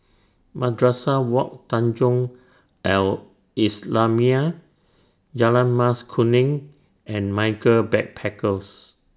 Madrasah Wak Tanjong Al Islamiah Jalan Mas Kuning and Michaels Backpackers